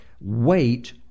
Wait